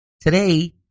Today